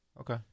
Okay